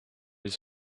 his